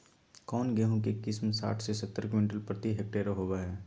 कौन गेंहू के किस्म साठ से सत्तर क्विंटल प्रति हेक्टेयर होबो हाय?